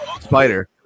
Spider